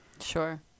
Sure